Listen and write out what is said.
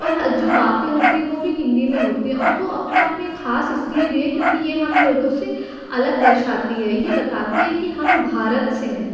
और जो बातें होती हैं वो भी हिन्दी में होती हैं और वो अपने आप में ख़ास इस लिए भी है क्योंकि ये हमें लोगों से अलग दर्शाती है ये बताती है कि हम भारत से हैं